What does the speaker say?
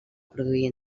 produir